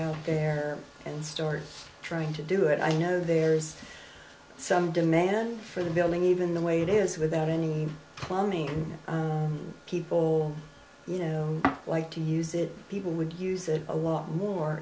out there and start trying to do it i know there's some demand for the building even the way it is without any plumbing and people you know like to use it people would use it a lot more